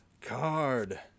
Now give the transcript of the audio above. card